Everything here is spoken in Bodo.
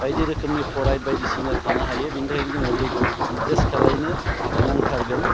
बायदि रोखोमनि फ्ल'राइड बायदिसिना थानो हायो बेनि थाखायनो जोङो दैखौ टेस्ट खालामनो नांथारगोन